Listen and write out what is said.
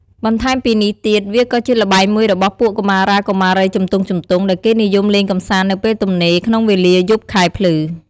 បន្ថែមពីនេះទៀតវាក៏ជាល្បែងមួយរបស់ពួកកុមារាកុមារីជំទង់ៗ ដែលគេនិយមលេងកម្សាន្តនៅពេលទំនេរ ក្នុងវេលាយប់ខែភ្លឺ។